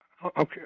Okay